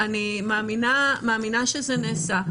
אני מאמינה שזה נעשה,